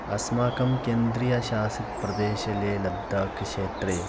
अस्माकं केन्द्रीयशाशितप्रदेशे लेह्लद्दाक्क्षेत्रे